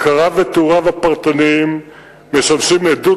מחקריו ותיאוריו הפרטניים משמשים עדות